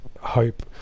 hope